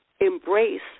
embrace